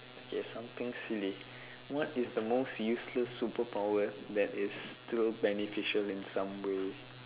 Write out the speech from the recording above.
okay something silly what is the most useless superpower that is still beneficial in some way